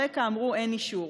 ברקע אמרו: אין אישור.